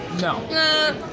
no